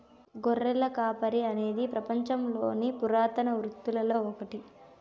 గొర్రెల కాపరి అనేది పపంచంలోని పురాతన వృత్తులలో ఒకటి